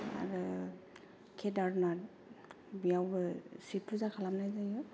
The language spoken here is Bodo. आरो केदारनाथ बेयावबो शिब फुजा खालामनाय जायो